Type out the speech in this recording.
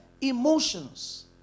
emotions